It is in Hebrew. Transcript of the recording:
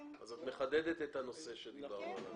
אז את מחדדת את הנושא שדיברנו עליו.